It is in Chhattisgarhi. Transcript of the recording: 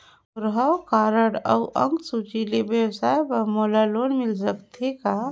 मोर हव कारड अउ अंक सूची ले व्यवसाय बर मोला लोन मिल सकत हे का?